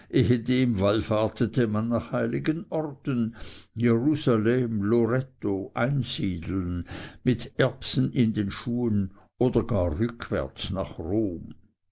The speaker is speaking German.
man nach heiligen orten jerusalem loretto einsiedeln mit erbsen in den schuhen oder gar rückwärts nach rom